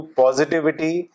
positivity